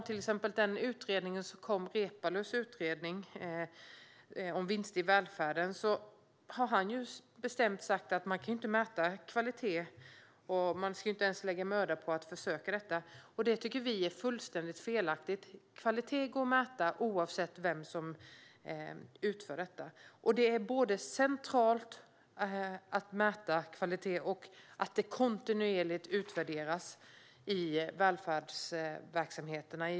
I Reepalus utredning om vinster i välfärden sägs det bestämt att man inte kan mäta kvalitet och att man inte ens ska lägga möda på att försöka att göra det. Det tycker vi är fullständigt felaktigt. Kvalitet går att mäta oavsett vem som utför tjänsten. Det är centralt att mäta kvalitet på och göra en kontinuerlig utvärdering av välfärdsverksamheterna.